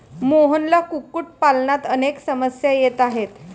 मोहनला कुक्कुटपालनात अनेक समस्या येत आहेत